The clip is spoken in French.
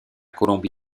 colombie